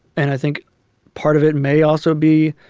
and i think part of it may also be